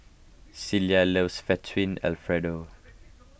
Cielo loves Fettuccine Alfredo